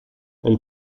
elle